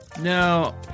No